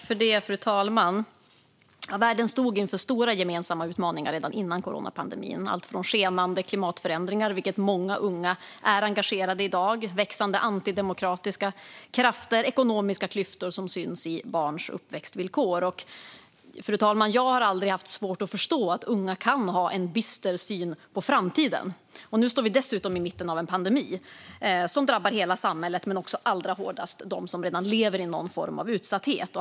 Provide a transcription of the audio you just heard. Fru talman! Världen stod inför stora gemensamma utmaningar redan innan coronapandemin, alltifrån skenande klimatförändringar - vilket många unga i dag är engagerade i - till växande antidemokratiska krafter och ekonomiska klyftor som syns i barns uppväxtvillkor. Fru talman! Jag har aldrig haft svårt att förstå att unga kan ha en bister syn på framtiden. Nu står vi dessutom i mitten av en pandemi som drabbar hela samhället men allra hårdast dem som redan lever i någon form av utsatthet.